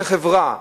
כחברה,